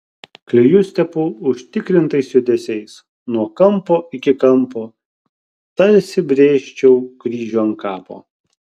klijus tepu užtikrintais judesiais nuo kampo iki kampo tarsi brėžčiau kryžių ant kapo